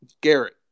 Garrett